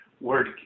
Word